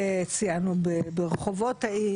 ציינו ברחובות העיר,